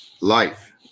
life